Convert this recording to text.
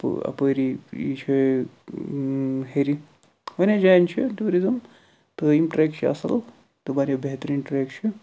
اپٲ اَپٲری یہِ چھُ ہیٚرِ واریاہ جایَن چھُ ٹیٛوٗرِزٕم تہٕ یِم ٹرٛیک چھِ اَصٕل تہٕ واریاہ بہتریٖن ٹرٛیک چھِ